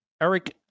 Eric